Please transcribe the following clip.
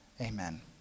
amen